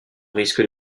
risque